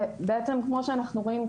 וכמו שאנחנו רואים כאן,